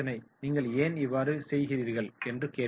நீங்கள் ஏன் இவ்வாறு செய்கிறீர்கள்" என்று கேட்கே வேண்டும்